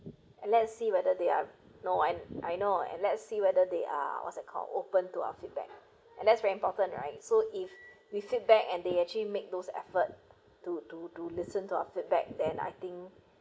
and let see whether they are no I I know and let see whether they are what's that called open to our feedback and that's very important right so if we feedback and they actually make those effort to to to listen to our feedback then I think